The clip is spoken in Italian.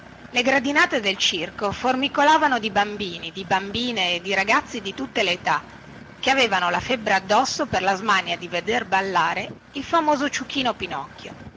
le gradinate del circo formicolavano di bambini di bambine e di ragazzi di tutte le età che avevano la febbre addosso per la smania di veder ballare il famoso ciuchino pinocchio